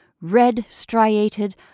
red-striated